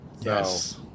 yes